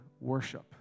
worship